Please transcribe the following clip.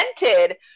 invented